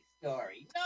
story